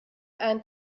and